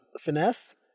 finesse